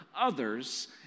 others